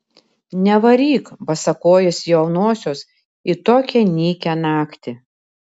nevaryk basakojės jaunosios į tokią nykią naktį